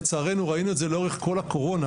לצערנו ראינו את זה לאורך כל הקורונה